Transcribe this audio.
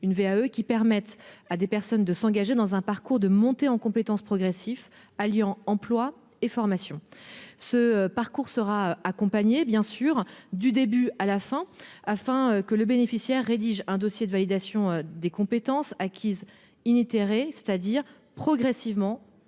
une VAE permettant à des personnes de s'engager dans un parcours de montée en compétence progressif, alliant emploi et formation. Ce parcours serait accompagné, du début jusqu'à la fin, afin que le bénéficiaire rédige un dossier de validation des compétences acquises, c'est-à-dire progressivement